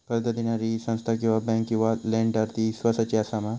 कर्ज दिणारी ही संस्था किवा बँक किवा लेंडर ती इस्वासाची आसा मा?